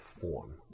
form